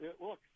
Look